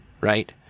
right